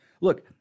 look